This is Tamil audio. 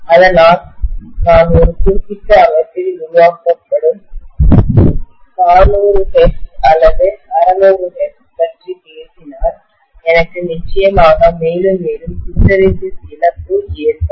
அதனால் நான் ஒரு குறிப்பிட்ட அமைப்பில் உருவாக்கப்படும் 400Hz அல்லது 600Hz பற்றி பேசினால் எனக்கு நிச்சயமாக மேலும் மேலும் ஹிஸ்டெரெசிஸ் இழப்பு ஏற்படும்